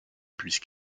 puisse